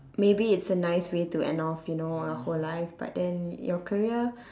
maybe it's a nice way to end off you know your whole life but then your career